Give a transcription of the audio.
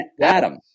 Adam